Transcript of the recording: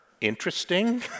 interesting